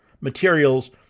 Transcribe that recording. materials